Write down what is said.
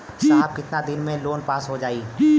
साहब कितना दिन में लोन पास हो जाई?